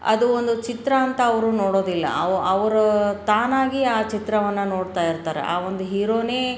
ಅದು ಒಂದು ಚಿತ್ರ ಅಂತ ಅವರು ನೋಡೋದಿಲ್ಲ ಅವು ಅವರು ತಾನಾಗಿ ಆ ಚಿತ್ರವನ್ನು ನೋಡ್ತಾ ಇರ್ತಾರೆ ಆ ಒಂದು ಹೀರೋನೇ